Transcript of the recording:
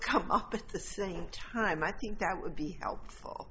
come up but the same time i think that would be helpful